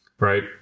Right